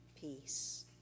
peace